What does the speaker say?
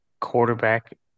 quarterback